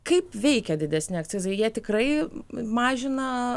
kaip veikia didesni akcizai jie tikrai mažina